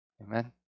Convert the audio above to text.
Amen